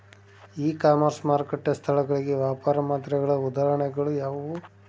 E commerce ಮಾರುಕಟ್ಟೆ ಸ್ಥಳಗಳಿಗೆ ವ್ಯಾಪಾರ ಮಾದರಿಗಳ ಉದಾಹರಣೆಗಳು ಯಾವುವು?